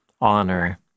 honor